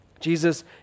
Jesus